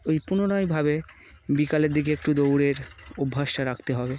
ওই পুনরায়ভাবে বিকালের দিকে একটু দৌড়ের অভ্যাসটা রাখতে হবে